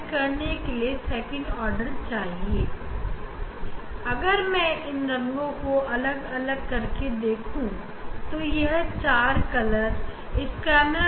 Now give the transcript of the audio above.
ऐसा करने से हमें सेकंड ऑर्डर मिल रहा है और हम देख सकते हैं कि यह इतना प्रमुख नहीं है लेकिन हम चारों रंगों के बीच की दूरी को सफाई से देख पा रहे हैं